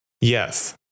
Yes